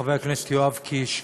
חבר הכנסת יואב קיש,